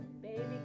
Baby